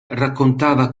raccontava